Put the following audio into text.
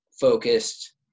focused